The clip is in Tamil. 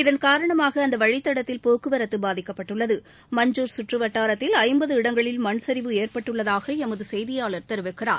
இதன் காரணமாக அந்த வழித்தடத்தில் போக்குவரத்து பாதிக்கப்பட்டுள்ளது மஞ்சுர் கற்று வட்டாரத்தில் ஐம்பது இடங்களில் மண் சரிவு ஏற்பட்டுள்ளதாக எமது செய்தியாளர் தெரிவிக்கிறார்